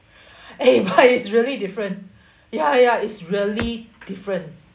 eh but it's really different ya ya it's really different